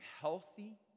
healthy